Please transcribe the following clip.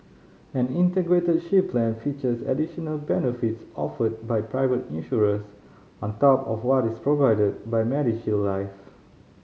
an Integrated Shield Plan features additional benefits offered by private insurers on top of what is provided by MediShield Life